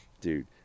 dude